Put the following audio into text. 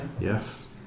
Yes